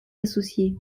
associé